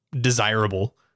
desirable